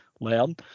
learn